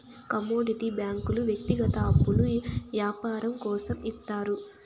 commodity బ్యాంకుల వ్యక్తిగత అప్పులు యాపారం కోసం ఇత్తారు